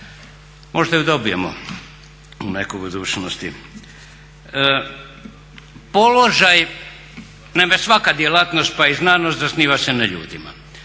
Možda i dobijemo u nekoj budućnosti. Položaj, naime svaka djelatnost pa i znanost zasniva se na ljudima.